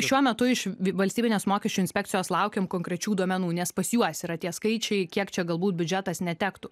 šiuo metu iš valstybinės mokesčių inspekcijos laukiam konkrečių duomenų nes pas juos yra tie skaičiai kiek čia galbūt biudžetas netektų